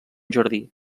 jardí